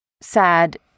sad